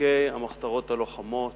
ותיקי המחתרות הלוחמות,